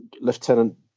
Lieutenant